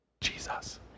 Jesus